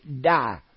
die